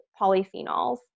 polyphenols